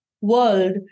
world